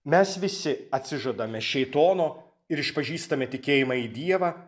mes visi atsižadame šėtono ir išpažįstame tikėjimą į dievą